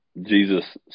Jesus